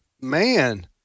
man